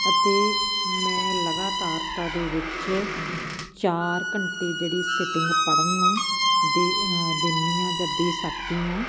ਅਤੇ ਮੈਂ ਲਗਾਤਾਰਤਾ ਦੇ ਵਿੱਚ ਚਾਰ ਘੰਟੇ ਜਿਹੜੀ ਸੀਟਿੰਗ ਪੜ੍ਹਨ ਨੂੰ ਦੇ ਦਿੰਦੀ ਹਾਂ ਜਾਂ ਦੇ ਸਕਦੀ ਹਾਂ